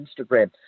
Instagram